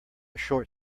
short